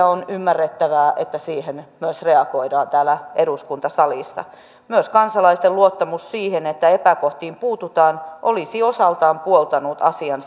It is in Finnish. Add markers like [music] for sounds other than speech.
[unintelligible] on ymmärrettävää että siihen myös reagoidaan täällä eduskuntasalissa myös kansalaisten luottamus siihen että epäkohtiin puututaan olisi osaltaan puoltanut asian [unintelligible]